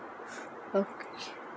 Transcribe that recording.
okay